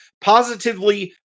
positively